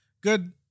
good